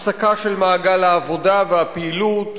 הפסקה של מעגל העבודה והפעילות,